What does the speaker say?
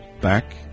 Back